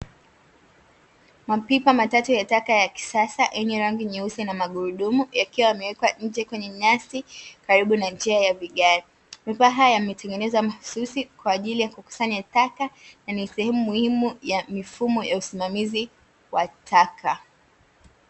Mapipa matatu ya taka ya kisasa yenye rangi nyeusi na magurudumu yakiwa yameekwa nje kwenye nyasi karibu na njia ya vigae. Mapipa haya yametengenezwa mahususi kwa ajili ya kukusanya taka na ni sehemu muhimu ya mifumo ya usimamizi wa taka.